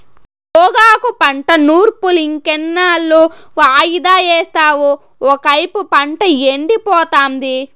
గోగాకు పంట నూర్పులింకెన్నాళ్ళు వాయిదా యేస్తావు ఒకైపు పంట ఎండిపోతాంది